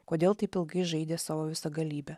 kodėl taip ilgai žaidė savo visagalybe